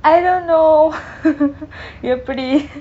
I don't know எப்படி:eppadi